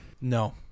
No